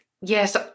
yes